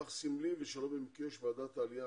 אך סמלי ושלא במקרה שוועדת העלייה,